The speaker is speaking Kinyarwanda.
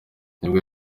nibwo